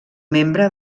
membre